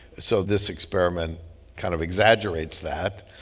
so this experiment kind of exaggerates that.